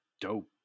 dope